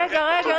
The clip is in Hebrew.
רגע, רגע.